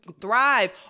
thrive